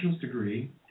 degree